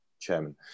chairman